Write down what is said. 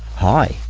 hi!